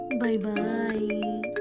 Bye-bye